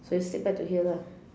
so still back to here lah